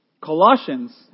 Colossians